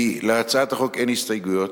להצעת החוק אין הסתייגויות.